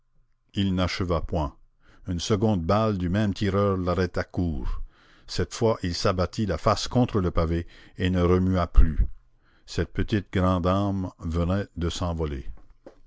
il n'acheva point une seconde balle du même tireur l'arrêta court cette fois il s'abattit la face contre le pavé et ne remua plus cette petite grande âme venait de s'envoler